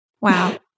Wow